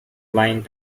flying